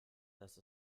dass